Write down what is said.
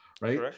right